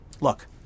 Look